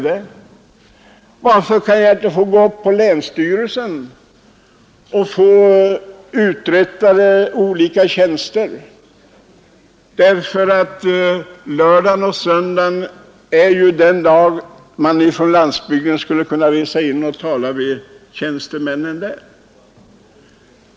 Och varför kan jag inte gå upp på länsstyrelsen och få olika tjänster uträttade på lördagar och söndagar — det är ju då människorna från landsbygden skulle kunna resa in och tala med tjänstemännen?